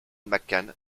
mccann